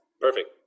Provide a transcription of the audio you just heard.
perfect